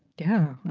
yeah,